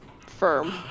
firm